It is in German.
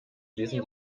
lesen